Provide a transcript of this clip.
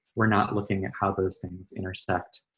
we're not looking at how those things intersect